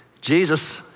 Jesus